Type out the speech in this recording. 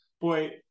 Boy